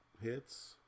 hits